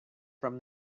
from